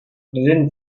didn’t